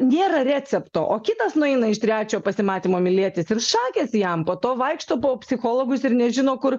nėra recepto o kitas nueina iš trečio pasimatymo mylėtis ir šakės jam po to vaikšto po psichologus ir nežino kur